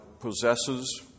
Possesses